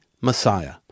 Messiah